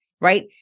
Right